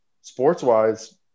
sports-wise